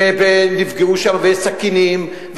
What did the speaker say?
וסכינים,